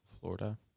Florida